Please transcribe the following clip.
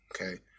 okay